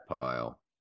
pile